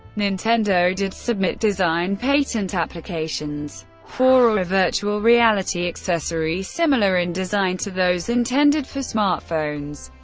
nintendo did submit design patent applications for a virtual reality accessory similar in design to those intended for smartphones,